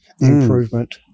improvement